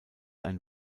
ein